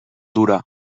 dura